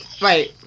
right